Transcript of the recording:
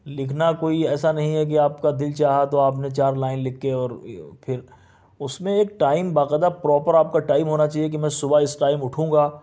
لکھنا کوئی ایسا نہیں ہے کہ آپ کا دل چاہا تو آپ نے چار لائن لکھ کے اور پھر اس میں ایک ٹائم باقاعدہ پراپر آپ کا ٹائم ہونا چاہیے کہ میں صبح اس ٹائم اٹھوں گا